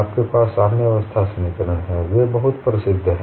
आपके पास साम्यावस्था समीकरण हैं वे बहुत प्रसिद्ध हैं